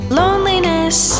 loneliness